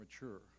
mature